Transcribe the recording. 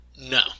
No